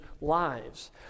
lives